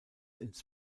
ins